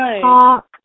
talk